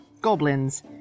goblins